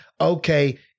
okay